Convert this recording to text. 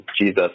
Jesus